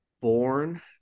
born